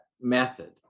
method